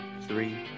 three